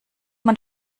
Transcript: man